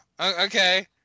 okay